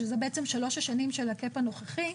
שאלו בעצם שלוש השנים של הקאפ הנוכחי,